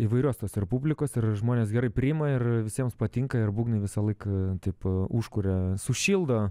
įvairios tos ir publikos ir žmonės gerai priima ir visiems patinka ir būgnai visąlaik taip užkuria sušildo